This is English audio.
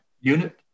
unit